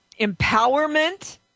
empowerment